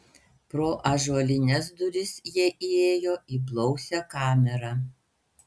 pro ąžuolines duris jie įėjo į blausią kamerą